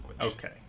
Okay